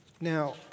Now